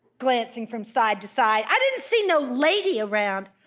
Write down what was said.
glancing from side to side i didn't see no lady around.